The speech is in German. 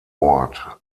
ort